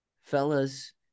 fellas